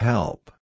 Help